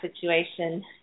situation